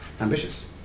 ambitious